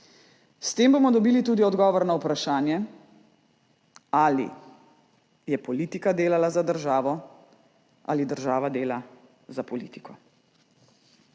S tem bomo dobili tudi odgovor na vprašanje, ali je politika delala za državo ali država dela za politiko.